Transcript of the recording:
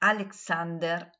Alexander